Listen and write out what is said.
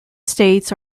states